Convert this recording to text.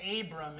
Abram